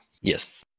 Yes